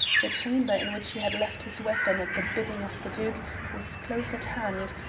the chamber in which he had left his weapon at the bidding of the duke was close at hand,